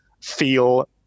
feel